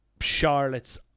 Charlotte's